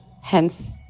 hence